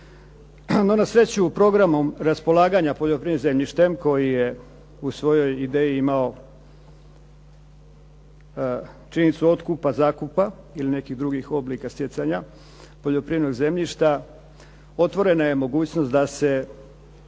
No, na sreću programom raspolaganja poljoprivrednim zemljištem koji je u svojoj ideji imao činjenicu otkupa, zakupa ili nekih drugih oblika stjecanja poljoprivrednog zemljišta otvorena je mogućnost da